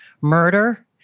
murder